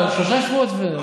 אני,